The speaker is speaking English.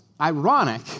ironic